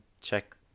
check